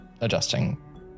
adjusting